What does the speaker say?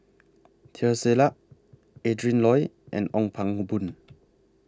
Teo Ser Luck Adrin Loi and Ong Pang Boon